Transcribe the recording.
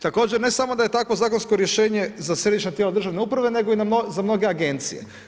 Također ne samo da je takvo zakonsko rješenje za središnja tijela državne uprave nego i za mnoge agencije.